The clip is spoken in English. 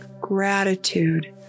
Gratitude